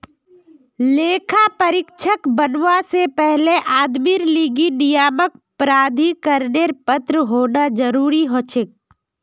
लेखा परीक्षक बनवा से पहले आदमीर लीगी नियामक प्राधिकरनेर पत्र होना जरूरी हछेक